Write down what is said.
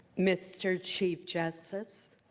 mr. chief justice